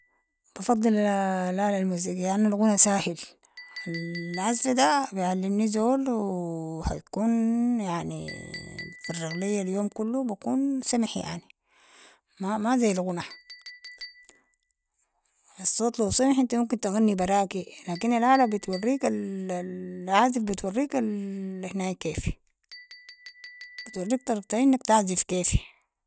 بفضل الالة الموسيقيه، لانو الغنى ساهل، العزف ده بعلمني زول و حيكون يعني بتفرغ لي اليوم كلو بكون سمح يعني، ما ما زي الغنى، الصوت لو سمح انتي ممكن تغني براكي، لكن الالة بتوريك عزف بتوريك هناي كيف، بتوريك طريقة انك تعزف كيف.